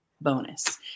bonus